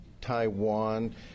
Taiwan